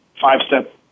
five-step